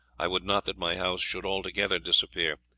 i would not that my house should altogether disappear,